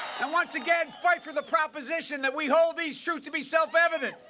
and once again, fight for the proposition that we hold these truths to be self-evident